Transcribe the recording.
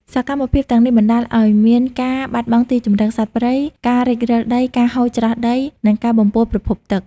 សកម្មភាពទាំងនេះបណ្តាលឱ្យមានការបាត់បង់ទីជម្រកសត្វព្រៃ ការរិចរឹលដី ការហូរច្រោះដី និងការបំពុលប្រភពទឹក។